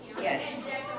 yes